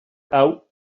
out